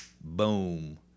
boom